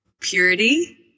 purity